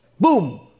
boom